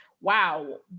wow